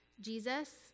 Jesus